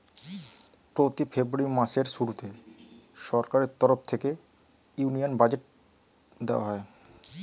প্রতি ফেব্রুয়ারি মাসের শুরুতে সরকারের তরফ থেকে ইউনিয়ন বাজেট দেওয়া হয়